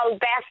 best